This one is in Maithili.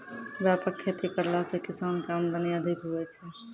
व्यापक खेती करला से किसान के आमदनी अधिक हुवै छै